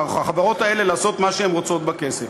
החברות האלה לעשות מה שהן רוצות בכסף.